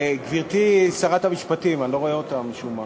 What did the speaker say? גברתי שרת המשפטים, אני לא רואה אותה משום מה.